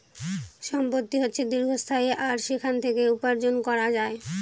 সম্পত্তি হচ্ছে দীর্ঘস্থায়ী আর সেখান থেকে উপার্জন করা যায়